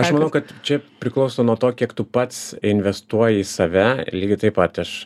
aš manau kad čia priklauso nuo to kiek tu pats investuoji į save lygiai taip pat aš